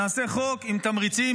נעשה חוק עם תמריצים.